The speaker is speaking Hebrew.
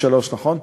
73, נכון?